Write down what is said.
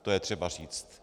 To je třeba říct.